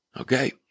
Okay